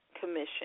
commission